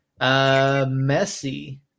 Messi